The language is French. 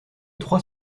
trois